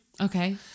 Okay